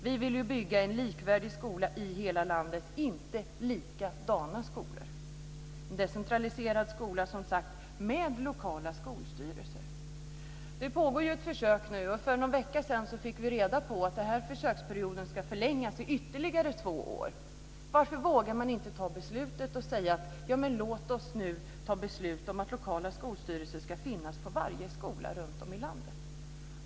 Vi vill bygga en likvärdig skola i hela landet, inte likadana skolor, en decentraliserad skola med lokala skolstyrelser. Det pågår ett försök. För någon vecka sedan fick vi reda på att försöksperioden ska förlängas i ytterligare två år. Varför vågar man inte ta beslutet och säga: Låt oss nu ta beslut om att lokala skolstyrelser ska finnas på varje skola runtom i landet?